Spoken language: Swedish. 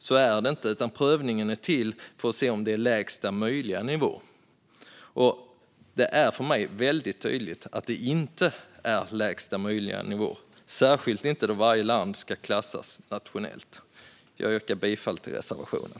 Så är det inte, utan prövningen är till för att se om det är lägsta möjliga nivå. Och det är för mig väldigt tydligt att det inte är lägsta möjliga nivå, särskilt inte då varje land ska klassas nationellt. Jag yrkar bifall till reservationen.